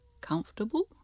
comfortable